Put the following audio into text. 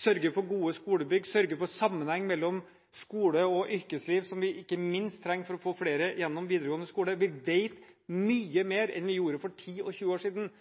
sørge for gode skolebygg, sørge for sammenheng mellom skole og yrkesliv, som vi ikke minst trenger for å få flere gjennom videregående skole. Vi vet mye mer enn vi gjorde for ti og tjue år siden